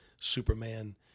Superman